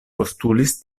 postulis